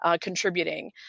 contributing